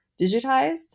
digitized